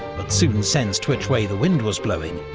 but soon sensed which way the wind was blowing,